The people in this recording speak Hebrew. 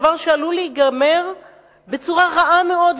דבר שעלול להיגמר בצורה רעה מאוד,